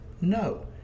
no